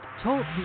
talk